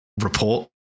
report